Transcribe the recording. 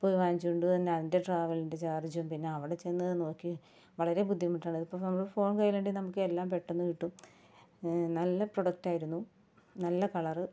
പോയി വാങ്ങിച്ചോണ്ട് വരുന്ന അതിന്റെ ട്രാവലിന്റെ ചാർജും പിന്നവടെ ചെന്ന് നോക്കി വളരെ ബുദ്ധിമുട്ടാണ് ഇതിപ്പം നമ്മൾ ഫോൺ കയ്യിലുണ്ടേ നമുക്കെല്ലാം പെട്ടെന്ന് കിട്ടും നല്ല പ്രൊഡക്റ്റായിരുന്നു നല്ല കളറ് തി